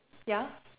ya